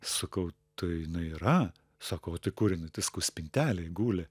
sakau tai jinai yra sako o tai kur jinai tai sakau spintelėj guli